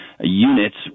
Units